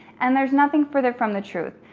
and there's nothing further from the truth.